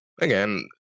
again